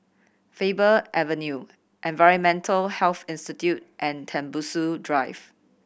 Faber Avenue Environmental Health Institute and Tembusu Drive